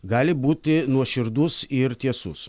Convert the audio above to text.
gali būti nuoširdus ir tiesus